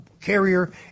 carrier